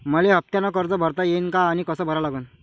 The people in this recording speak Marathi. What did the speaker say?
मले हफ्त्यानं कर्ज भरता येईन का आनी कस भरा लागन?